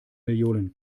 millionen